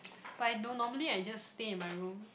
but I don't normally I just stay in my room